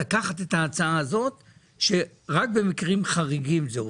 לקחת את ההצעה הזאת שרק במקרים חריגים זה עובד.